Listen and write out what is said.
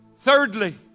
Thirdly